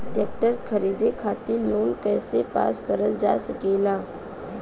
Tractor खरीदे खातीर loan कइसे पास करल जा सकेला?